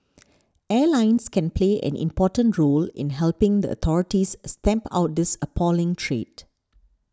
airlines can play an important role in helping the authorities stamp out this appalling trade